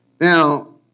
Now